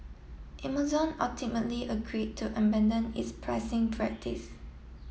Amazon ultimately agree to abandon its pricing practice